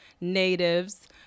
natives